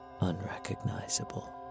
unrecognizable